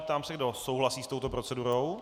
Ptám se, kdo souhlasí s touto procedurou.